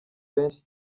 benshi